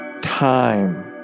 time